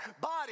body